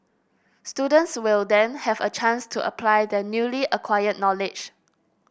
students will then have a chance to apply their newly acquired knowledge